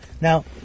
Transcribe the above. Now